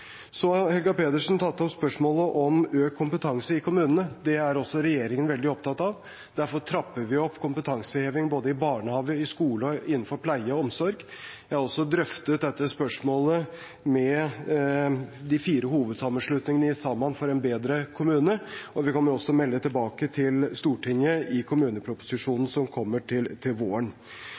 så den voldsomme kritikken må være en kritikk av egen rød-grønn regjering. Jeg har sagt at vi kommer til å følge opp merknaden fra de borgerlige partiene, og det kan jeg gjerne gjenta nå. Helga Pedersen tok opp spørsmålet om økt kompetanse i kommunene. Det er også regjeringen veldig opptatt av, og derfor trapper vi opp kompetansehevingen i barnehage, i skole og innenfor pleie og omsorg. Jeg har også drøftet dette spørsmålet med de fire hovedsammenslutningene